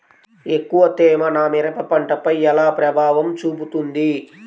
ఎక్కువ తేమ నా మిరప పంటపై ఎలా ప్రభావం చూపుతుంది?